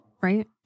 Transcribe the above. right